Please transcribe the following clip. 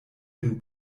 den